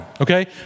Okay